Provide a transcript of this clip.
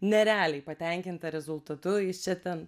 nerealiai patenkinta rezultatu jis čia ten